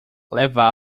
levá